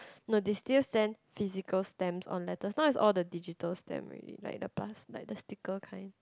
no they still send physical stamps on letter now is all digital stamps already like past like the sticker kind